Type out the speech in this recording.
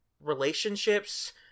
relationships